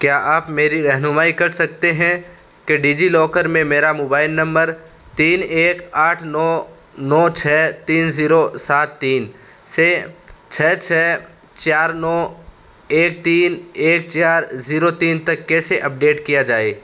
کیا آپ میری رہنمائی کر سکتے ہیں کہ ڈیجیلاکر میں میرا موبائل نمبر تین ایک آٹھ نو نو چھ تین زیرو سات تین سے چھ چھ چار نو ایک تین ایک چار زیرو تین تک کیسے اپڈیٹ کیا جائے